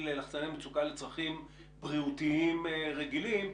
לחצני מצוקה לצרכים בריאותיים רגילים?